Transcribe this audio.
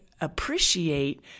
appreciate